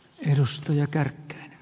arvoisa puhemies